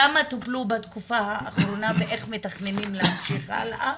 כמה טופלו בתקופה האחרונה ואיך מתכננים להמשיך הלאה.